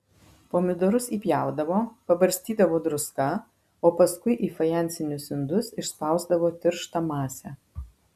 pomidorus įpjaudavo pabarstydavo druska o paskui į fajansinius indus išspausdavo tirštą masę